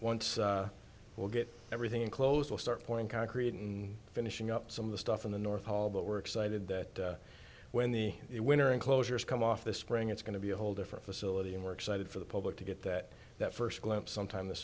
once we'll get everything in close will start pouring concrete and finishing up some of the stuff in the north hall but we're excited that when the winter enclosures come off this spring it's going to be a whole different facility and work cited for the public to get that that first glimpse sometime this